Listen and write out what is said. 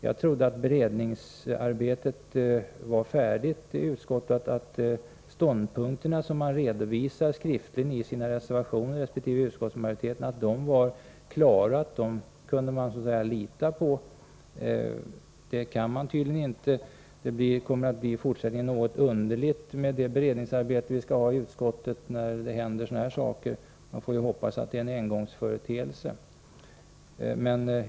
Jag trodde att utskottets beredningsarbete var färdigt och att de ståndpunkter som man redovisar skriftligt i sina reservationer resp. i utskottsmajoritetens skrivning var klara och att man kunde lita på dem. Det kan man tydligen inte. Utskottets beredningsarbete kommer i fortsättningen att bli litet underligt, om sådana här saker skall hända. Jag hoppas att det är fråga om en engångsföreteelse.